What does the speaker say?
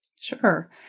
Sure